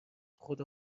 خدا